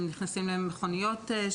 הם נכנסים לגרוטאות,